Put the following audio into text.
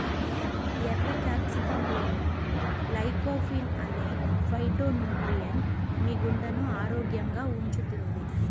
ఎర్ర క్యాప్సికమ్లోని లైకోపీన్ అనే ఫైటోన్యూట్రియెంట్ మీ గుండెను ఆరోగ్యంగా ఉంచుతుంది